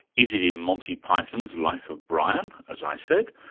is it in monty python's life of brian, as i said,